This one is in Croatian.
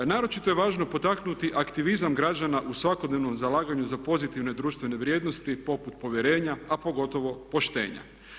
Naročito je važno potaknuti aktivizam građana u svakodnevnom zalaganju za pozitivne društvene vrijednosti poput povjerenja, a pogotovo poštenja.